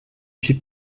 suis